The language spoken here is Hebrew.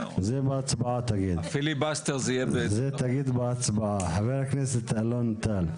זה תגיד בהצבעה, חבר הכנסת אלון טל.